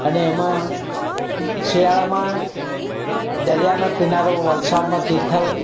અને એમાં શિયાળામાં દરિયાનો કિનારો વલસાડમાં તિથલ